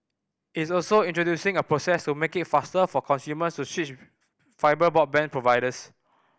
it's also introducing a process to make it faster for consumers to switch fibre broadband providers